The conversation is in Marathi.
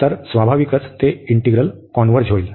तर स्वाभाविकच ते इंटिग्रल कॉन्व्हर्ज होईल